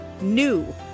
new